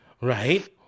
right